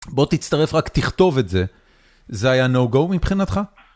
בוא תצטרף רק, תכתוב את זה, זה היה נו גו מבחינתך?